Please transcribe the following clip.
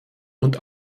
und